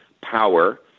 Power